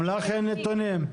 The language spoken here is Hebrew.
גם לך אין נתונים?